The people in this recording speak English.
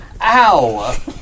Ow